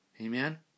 Amen